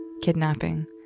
kidnapping